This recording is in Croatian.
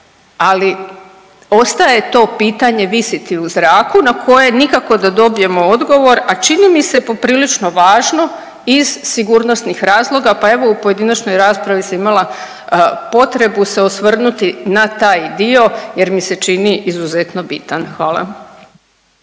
Ali ostaje to pitanje visiti u zraku na koje nikako da dobijemo odgovor, a čini mi se poprilično važno iz sigurnosnih razloga, pa evo u pojedinačnoj raspravi sam imala potrebu se osvrnuti na taj dio jer mi se čini izuzetno bitan. Hvala.